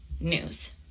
news